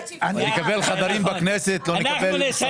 תשנו את זה.